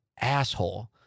asshole